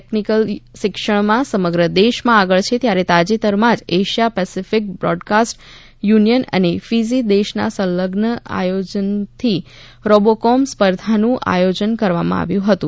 technical શિક્ષણમાં સમગ્ર દેશમાં આગળ છે ત્યારે તાજેતરમાં જ એશિયા પેસેફિક બ્રોડકાસ્ટ યુનિયન અને ફિઝી દેશના સંલગ્ન આયોજનથી રોબોકોન સ્પર્ધાનુ આયોજન કરવામાં આવ્યુ હતુ